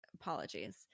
Apologies